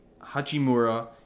Hachimura